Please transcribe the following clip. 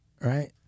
right